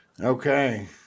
Okay